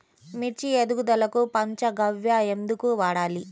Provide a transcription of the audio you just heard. మిర్చి ఎదుగుదలకు పంచ గవ్య ఎందుకు వాడాలి?